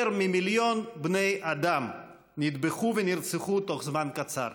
יותר ממיליון בני אדם נטבחו ונרצחו תוך זמן קצר.